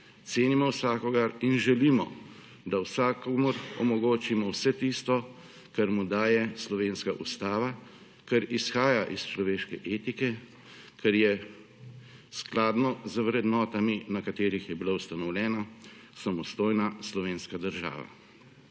cenimo vsakogar in želimo, da vsakomur omogočimo vse tisto, kar mu daje slovenska Ustava, kar izhaja iz človeške etike, kar je skladno z vrednotami, na katerih je bila ustanovljena samostojna slovenska država.